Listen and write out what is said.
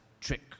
trick